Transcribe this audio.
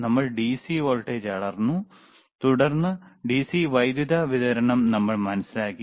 നമ്മൾ DC voltage അളന്നു തുടർന്ന് ഡിസി വൈദ്യുതി വിതരണം നമ്മൾ മനസിലാക്കി